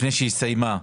לפני שהסתיימה,